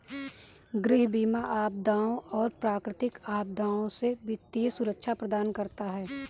गृह बीमा आपदाओं और प्राकृतिक आपदाओं से वित्तीय सुरक्षा प्रदान करता है